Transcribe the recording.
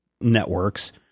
networks